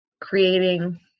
creating